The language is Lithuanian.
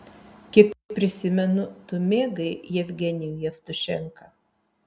kiek prisimenu tu mėgai jevgenijų jevtušenką